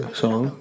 song